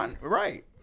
Right